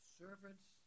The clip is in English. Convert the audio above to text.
servants